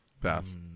Pass